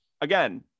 again